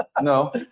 No